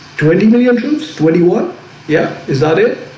twenty million troops twenty one yeah, sorry